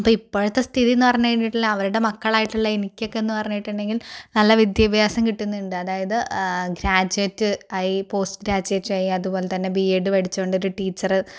അപ്പം ഇപ്പോഴത്തെ സ്ഥിതി എന്നു പറഞ്ഞു കഴിഞ്ഞിട്ടാൽ അവരുടെ മക്കളായിട്ടുള്ള എനിക്കൊക്കെ എന്ന് പറഞ്ഞിട്ടുണ്ടെങ്കിൽ നല്ല വിദ്യാഭ്യാസം കിട്ടുന്നുണ്ട് അതായത് ഗ്രാജുവാറ്റ് ആയി പോസ്റ്റ് ഗ്രാജുവാറ്റ് ആയി അത് പോലെ തന്നെ ബി എഡ് പഠിച്ചു കൊണ്ട് ഇപ്പോൾ ഒരു ടീച്ചർ എന്ന്